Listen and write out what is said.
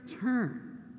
turn